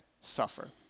suffer